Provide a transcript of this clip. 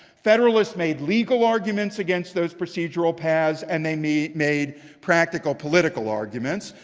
federalists made legal arguments against those procedural paths, and they made made practical political arguments.